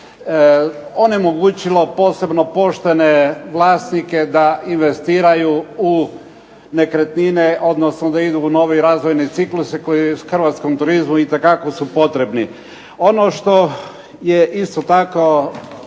onemogućilo posebno poštene vlasnike da investiraju u nekretnine, odnosno da idu u nove razvojne cikluse koji hrvatskom turizmu itekako su potrebni. Ono što je isto tako